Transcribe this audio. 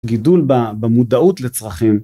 גידול במודעות לצרכים.